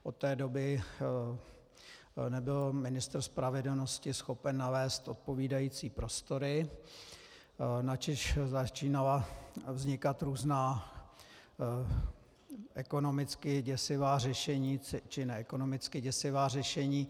Od té doby nebyl ministr spravedlnosti schopen nalézt odpovídající prostory, načež začínala vznikat různá ekonomicky děsivá řešení či neekonomicky děsivá řešení.